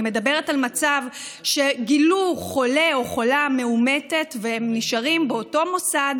אני מדברת על מצב שגילו חולה מאומת או חולה מאומתת והם נשארים באותו מוסד